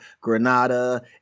granada